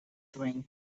drink